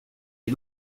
est